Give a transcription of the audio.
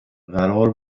قرار